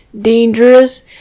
dangerous